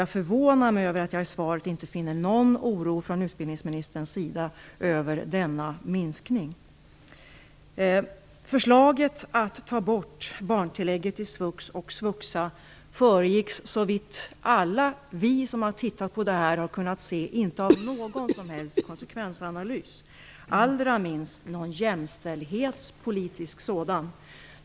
Jag förvånar mig över att jag i svaret inte finner någon oro från utbildningsministerns sida över denna minskning. Förslaget att ta bort barntillägget från svux och svuxa föregicks, såvitt alla vi som har tittat på det här har kunnat se, inte av någon som helst konsekvensanalys, allra minst av någon jämställdhetspolitisk sådan.